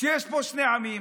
שיש פה שני עמים.